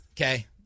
Okay